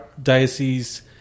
Diocese